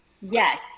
Yes